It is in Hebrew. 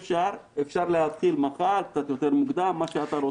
אפשר להתחיל מחר קצת יותר מוקדם, מה שאתה רוצה.